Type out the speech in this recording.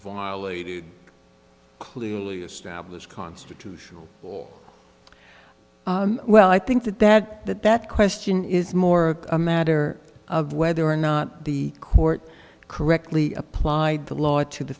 violate a clearly established constitutional well i think that that that that question is more a matter of whether or not the court correctly applied the law to the